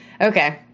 Okay